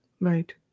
Right